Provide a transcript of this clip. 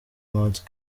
mount